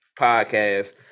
podcast